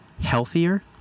healthier